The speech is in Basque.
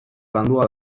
landua